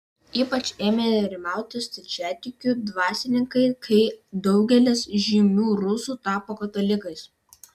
ypač ėmė nerimauti stačiatikių dvasininkai kai daugelis žymių rusų tapo katalikais